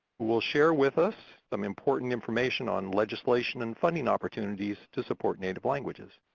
who will share with us some important information on legislation and funding opportunities to support native languages.